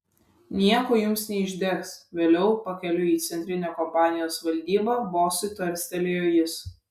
nieko jums neišdegs vėliau pakeliui į centrinę kompanijos valdybą bosui tarstelėjo jis